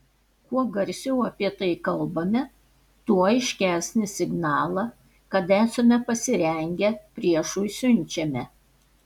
kuo garsiau apie tai kalbame tuo aiškesnį signalą kad esame pasirengę priešui siunčiame